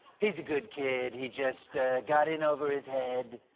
he's a good kid. he just got in over his head.